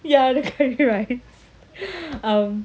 ya the curry rice um